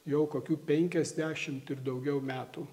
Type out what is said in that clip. jau kokių penkiasdešimt ir daugiau metų